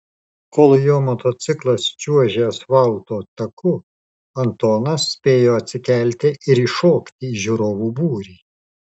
kol jo motociklas čiuožė asfalto taku antonas spėjo atsikelti ir įšokti į žiūrovų būrį